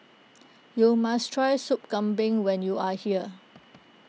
you must try Soup Kambing when you are here